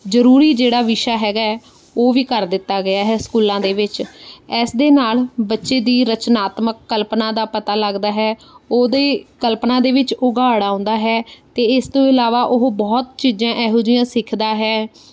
ਜ਼ਰੂਰੀ ਜਿਹੜਾ ਵਿਸ਼ਾ ਹੈਗਾ ਉਹ ਵੀ ਕਰ ਦਿੱਤਾ ਗਿਆ ਹੈ ਸਕੂਲਾਂ ਦੇ ਵਿੱਚ ਇਸ ਦੇ ਨਾਲ ਬੱਚੇ ਦੀ ਰਚਨਾਤਮਕ ਕਲਪਨਾ ਦਾ ਪਤਾ ਲੱਗਦਾ ਹੈ ਉਹਦੇ ਕਲਪਨਾ ਦੇ ਵਿੱਚ ਉਗਾੜ ਆਉਂਦਾ ਹੈ ਅਤੇ ਇਸ ਤੋਂ ਇਲਾਵਾ ਉਹ ਬਹੁਤ ਚੀਜ਼ਾਂ ਇਹੋ ਜਿਹੀਆਂ ਸਿੱਖਦਾ ਹੈ